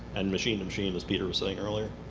and machine-to-machine, as peter was saying earlier.